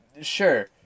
Sure